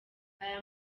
aya